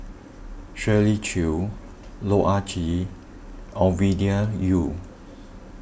Shirley Chew Loh Ah Chee Ovidia Yu